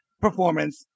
performance